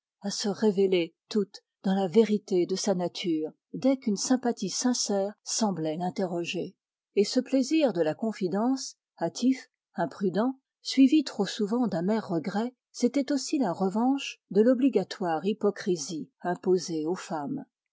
à se révéler dans la vérité de sa nature dès qu'une sympathie sincère l'interrogeait le plaisir de la confidence n'est-il pas suivi trop souvent d'amers regrets aussi la revanche de l'obligatoire hypocrisie imposée aux femmes